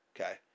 Okay